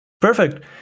Perfect